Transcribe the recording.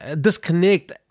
disconnect